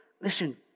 Listen